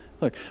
Look